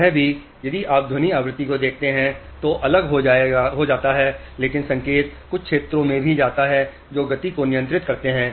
यहां भी यदि आप ध्वनि आवृत्ति में देखते हैं तो अलग हो जाता है लेकिन संकेत कुछ क्षेत्रों में भी जाता है जो गति को नियंत्रित करते हैं